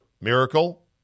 miracle